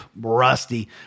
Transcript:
Rusty